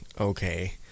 okay